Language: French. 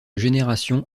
génération